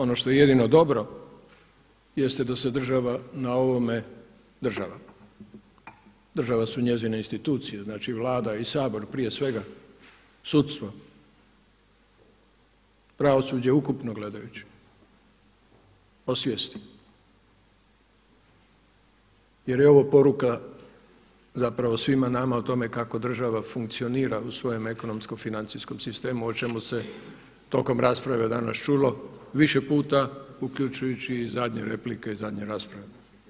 Ono što je jedino dobro jeste da se država na ovome, država su njezine institucije, znači Vlada i Sabor prije svega sudstvo, pravosuđe ukupno gledajući osvijesti jer je ovo poruka zapravo svima nama o tome kako država funkcionira u svojem ekonomsko-financijskom sistemu o čemu se tokom rasprave danas čulo više puta uključujući i zadnje replike i zadnje rasprave.